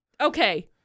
Okay